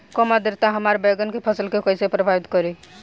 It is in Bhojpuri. कम आद्रता हमार बैगन के फसल के कइसे प्रभावित करी?